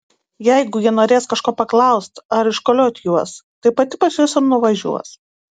jeigu ji norės kažko paklaust ar iškoliot juos tai pati pas juos ir nuvažiuos